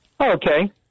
Okay